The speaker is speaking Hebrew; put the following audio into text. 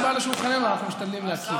מה שבא לשולחננו אנחנו משתדלים להכיר.